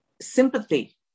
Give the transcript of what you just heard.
sympathy